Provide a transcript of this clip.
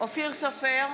אופיר סופר,